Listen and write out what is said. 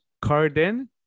carden